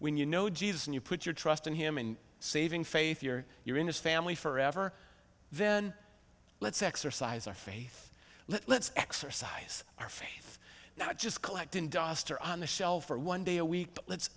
when you know jesus and you put your trust in him in saving faith you're you're in his family forever then let's exercise our faith let's exercise our faith not just collecting dust or on the shelf or one day a week let's